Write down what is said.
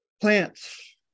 plants